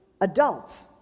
adults